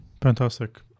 Fantastic